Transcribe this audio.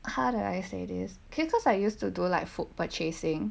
how do I say this cause I used to do like food purchasing